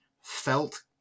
felt